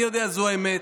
אני יודע, זו האמת.